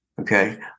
okay